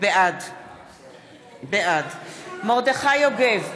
בעד מרדכי יוגב,